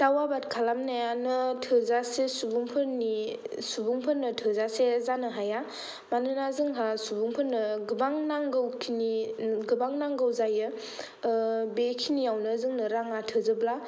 दाउ आबाद खालाम नायानो थोजासे सुबुंफोरनि सुबुंफोरनो थोजासे जानो हाया मानोना जोंहा सुबुंफोरनो गोबां नांगौखिनि गोबां नांगौ जायो बिखिनियावनो जोंनो रांया थोजोबला